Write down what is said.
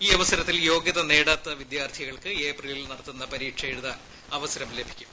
ഈ അവസരത്തിൽ യോഗൃത നേടാത്ത വിദ്യാർത്ഥികൾക്ക് ഏപ്രിലിൽ നടത്തുന്ന പരീക്ഷ എഴുതാൻ അവസരം ലഭിക്കും